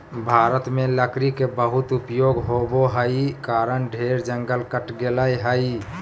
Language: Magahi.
भारत में लकड़ी के बहुत उपयोग होबो हई कारण ढेर जंगल कट गेलय हई